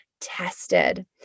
tested